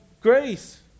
grace